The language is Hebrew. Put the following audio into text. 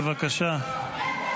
בבקשה.